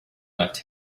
left